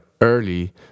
early